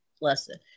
lesson